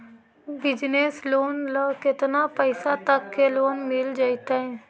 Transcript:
Business loan ल केतना पैसा तक के लोन मिल जितै?